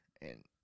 and-